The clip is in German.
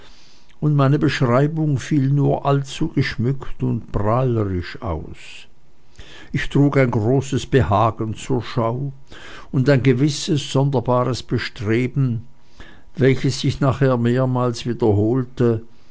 und meine beschreibung fiel nur allzu geschmückt und prahlerisch aus ich trug ein großes behagen zur schau und ein gewisses sonderbares bestreben welches sich nachher mehrmals wiederholte